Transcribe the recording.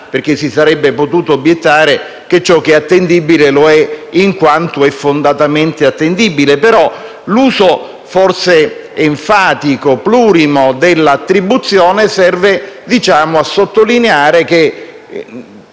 perché si sarebbe potuto obiettare che ciò che è attendibile lo è in quanto è fondatamente attendibile. Però l'uso, forse enfatico, plurimo, dell'attribuzione serve a sottolineare che